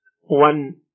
one